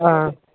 हां